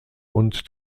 und